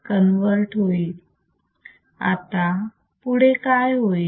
आता पुढे काय होईल